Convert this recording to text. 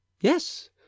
Yes